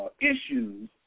issues